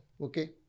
Okay